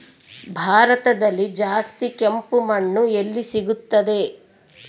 ಭಾರತದಲ್ಲಿ ಜಾಸ್ತಿ ಕೆಂಪು ಮಣ್ಣು ಎಲ್ಲಿ ಸಿಗುತ್ತದೆ?